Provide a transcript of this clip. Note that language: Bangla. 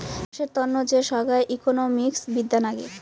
চাষের তন্ন যে সোগায় ইকোনোমিক্স বিদ্যা নাগে